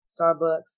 Starbucks